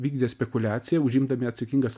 vykdė spekuliaciją užimdami atsakingas